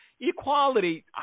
equality